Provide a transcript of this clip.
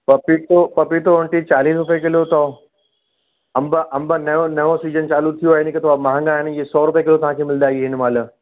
पपीतो पपीतो आंटी चालीह रुपए किलो अवथ अंब अंब नयों नयों सीजन चालू थियो आहे इन करे थोरा महांगा आहिनि हीअ सौ रुपए किलो तव्हांखे मिलंदा इन महिल